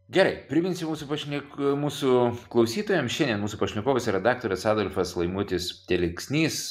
gerai priminsiu mūsų pašnek mūsų klausytojam šiandien mūsų pašnekovas yra daktas adolfas laimutis telksnys